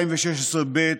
216(ב),